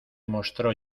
mostró